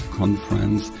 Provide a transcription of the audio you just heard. conference